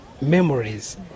memories